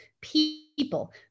people